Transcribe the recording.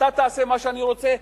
אתה תעשה מה שאני רוצה,